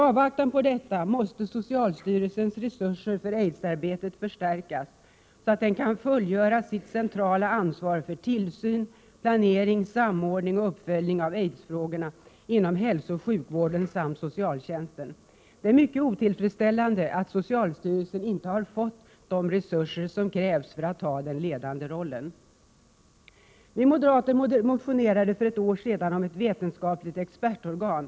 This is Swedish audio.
I avvaktan på detta måste socialstyrelsens resurser för arbetet mot aids förstärkas så att socialstyrelsen kan fullgöra sitt centrala ansvar för tillsyn, planering, samordning och uppföljning av aidsfrågorna inom hälsooch sjukvården samt inom socialtjänsten. Det är mycket otillfredsställande att socialstyrelsen inte har fått de resurser som krävs för att den skall kunna ta den ledande rollen. Vi moderater motionerade för ett år sedan om ett vetenskapligt expertorgan.